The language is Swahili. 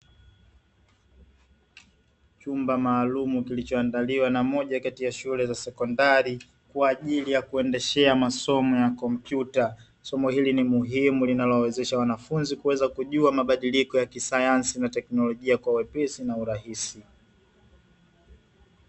Chumba maalumu kilichoandaliwa na moja kati ya shule ya sekondari, kwa ajili ya kuendeshea masomo ya kompyuta. Somo hili ni muhimu linalowawezesha wanafunzi kuweza kujua mabadiliko ya kisayansi, na kiteknolojia kwa wepesi na kwa urahisi.